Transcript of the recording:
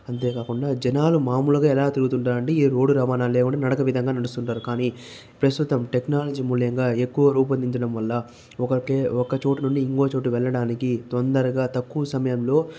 అంతేకాకుండా జనాలు మామూలుగా ఎలా తిరుగుతు ఉంటారంటే ఈ రోడ్డు రవాణా లేకుండా నడక విధంగా నడుస్తుంటారు కానీ ప్రస్తుతం టెక్నాలజీ మూలంగా ఎక్కువ రూపొందించడం వల్ల ఒక ఒక చోట నుండి ఇంకో చోటు వెళ్లడానికి తొందరగా తక్కువ సమయంలో